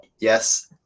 Yes